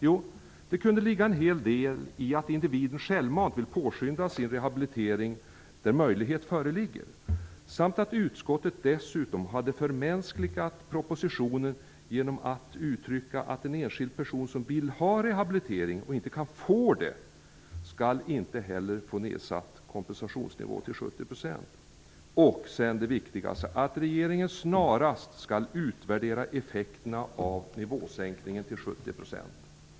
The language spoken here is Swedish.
Jo, det kunde ligga en hel del i att individen självmant vill påskynda sin rehabilitering där möjlighet föreligger samt att utskottet hade förmänskligat propositionen genom att uttrycka att en enskild person som vill ha rehabilitering och inte kan få sådan heller inte skall få kompensationsnivån nedsatt till 70 % samt att regeringen -- och detta är det viktigaste -- snarast skall utvärdera effekterna av nivåsänkningen till 70 %.